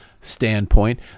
standpoint